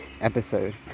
episode